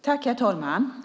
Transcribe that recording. Herr talman!